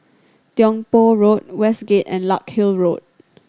Tiong Poh Road Westgate and Larkhill Road